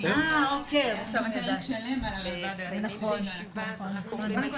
הישיבה ננעלה בשעה 14:03.